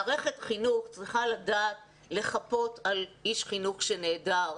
מערכת חינוך צריכה לדעת לחפות על איש חינוך שנעדר,